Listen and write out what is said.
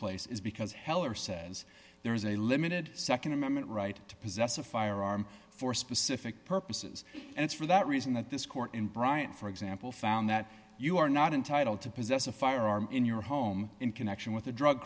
place is because heller says there is a limited nd amendment right to possess a firearm for specific purposes and it's for that reason that this court in bryant for example found that you are not entitled to possess a firearm in your home in connection with a drug